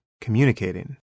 communicating